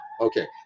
okay